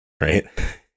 Right